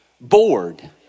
bored